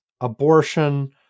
abortion